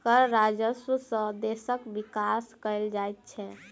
कर राजस्व सॅ देशक विकास कयल जाइत छै